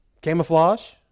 camouflage